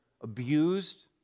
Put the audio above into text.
abused